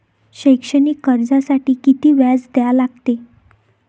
शैक्षणिक कर्जासाठी किती व्याज द्या लागते?